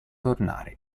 tornare